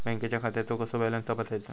बँकेच्या खात्याचो कसो बॅलन्स तपासायचो?